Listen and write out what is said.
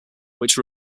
which